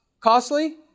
costly